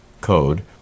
code